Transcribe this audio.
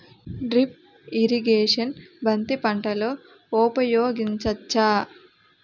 Drip irrigation బంతి పంటలో ఊపయోగించచ్చ?